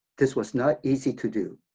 this was not easy to do.